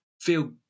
feel